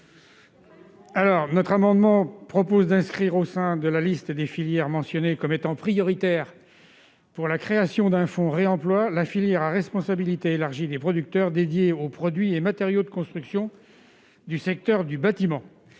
Bigot. Cet amendement vise à inscrire, au sein de la liste des filières mentionnées comme étant prioritaires pour la création d'un fonds de réemploi, la filière à responsabilité élargie des producteurs, ou filière REP, dédiée aux produits et matériaux de construction du secteur du bâtiment